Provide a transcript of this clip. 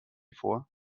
vor